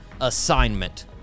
assignment